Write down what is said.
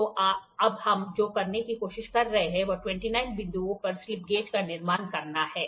तो अब हम जो करने की कोशिश कर रहे हैं वह 29 बिंदुओं पर स्लिप गेज का निर्माण करना है